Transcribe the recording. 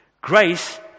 Grace